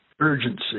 urgency